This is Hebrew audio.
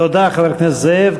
תודה, חבר הכנסת זאב.